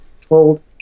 told